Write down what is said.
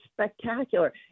spectacular